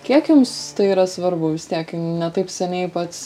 kiek jums tai yra svarbu vis tiek ne taip seniai pats